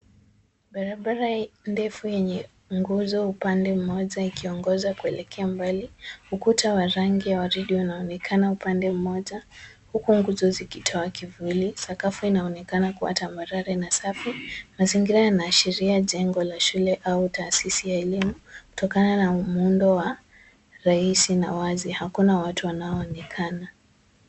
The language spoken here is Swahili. Barabara ndefu yenye nguzo upande mmoja ikiongoza kuelekea mbali. Ukuta wa rangi ya waridi unaonekana upande mmoja huku nguzo zikitoa kivuli. Sakafu inaonekana kuwa tamarari na safi. Mazingira yanaashiria jengo la shule au taasisi ya elimu kutokana na mwendo wa raisi na wazi hakuna watu wanaoonekana.